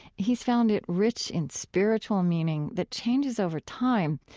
he's found it rich in spiritual meaning that changes over time.